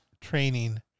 training